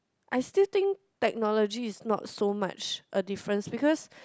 I still think technology is not so much a difference because